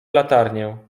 latarnię